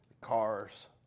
cars